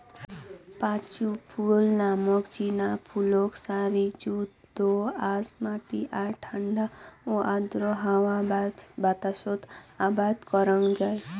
পাঁচু ফুল নামক চিনা ফুলক সারযুত দো আঁশ মাটি আর ঠান্ডা ও আর্দ্র হাওয়া বাতাসত আবাদ করাং যাই